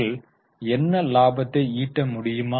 அவர்கள் என்ன லாபத்தை ஈட்ட முடியும்